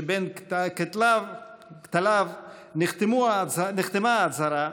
שבין כתליו נחתמה ההצהרה,